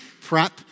prep